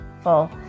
full